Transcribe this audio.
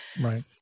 Right